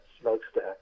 smokestack